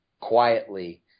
quietly